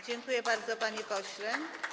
Dziękuję bardzo, panie pośle.